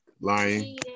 Lying